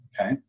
okay